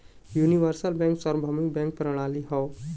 universal bank सार्वभौमिक bank प्रणाली हौ